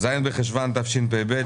ז' בחשון תשפ"ב,